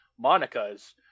Monica's